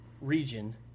region